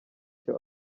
cyo